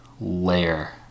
layer